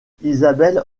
isabelle